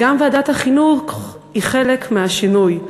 וגם ועדת החינוך היא חלק מהשינוי,